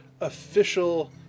official